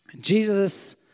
Jesus